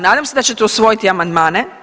Nadam se da ćete usvojiti amandmane.